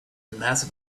massive